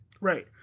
Right